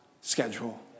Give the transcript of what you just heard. schedule